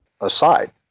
aside